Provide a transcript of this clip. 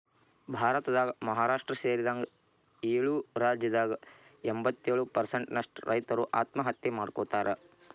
ಭಾರತದಾಗ ಮಹಾರಾಷ್ಟ್ರ ಸೇರಿದಂಗ ಏಳು ರಾಜ್ಯದಾಗ ಎಂಬತ್ತಯೊಳು ಪ್ರಸೆಂಟ್ ನಷ್ಟ ರೈತರು ಆತ್ಮಹತ್ಯೆ ಮಾಡ್ಕೋತಾರ